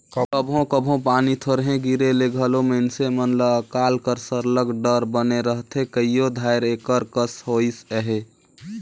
कभों कभों पानी थोरहें गिरे ले घलो मइनसे मन ल अकाल कर सरलग डर बने रहथे कइयो धाएर एकर कस होइस अहे